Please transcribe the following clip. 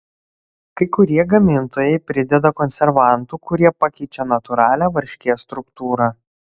kai kurie gamintojai prideda konservantų kurie pakeičią natūralią varškės struktūrą